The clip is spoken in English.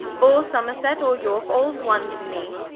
or somerset, or yorke, all's one to me